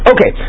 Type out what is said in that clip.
Okay